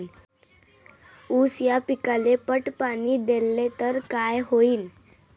ऊस या पिकाले पट पाणी देल्ल तर काय होईन?